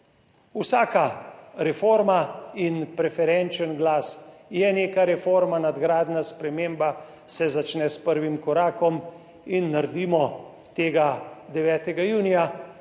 Vsaka reforma in preferenčen glas je neka reforma, nadgradnja, sprememba se začne s prvim korakom in naredimo tega 9. junija.